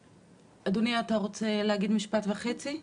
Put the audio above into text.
אדוני, אתה רוצה להגיד משפט וחצי?